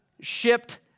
shipped